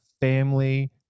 family